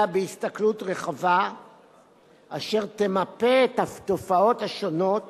אלא בהסתכלות רחבה אשר תמפה את התופעות השונות